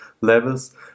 levels